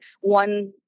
one